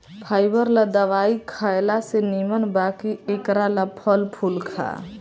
fibre ला दवाई खएला से निमन बा कि एकरा ला फल फूल खा